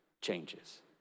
changes